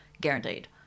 Guaranteed